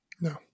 No